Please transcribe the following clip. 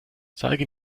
zeige